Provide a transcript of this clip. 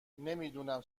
نمیدونم